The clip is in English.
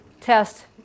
test